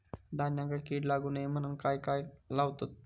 धान्यांका कीड लागू नये म्हणून त्याका काय लावतत?